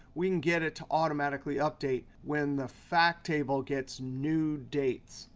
we can get it to automatically update when the fact table gets new dates.